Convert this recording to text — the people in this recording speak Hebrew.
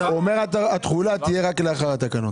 הוא אומר שהתחולה תהיה רק לאחר התקנות.